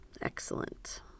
Excellent